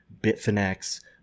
Bitfinex